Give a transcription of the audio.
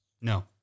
no